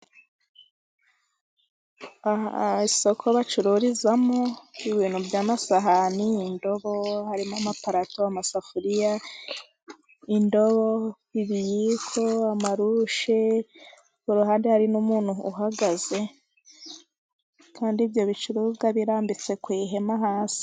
Isoko bacururizamo ibintu by'amasahani, indobo, harimo amaparato, amasafuriya, indobo, ibiyiko, amarushe, ku ruhande hari n'umuntu uhagaze, kandi ibyo bicuruzwa birambitse ku ihema hasi.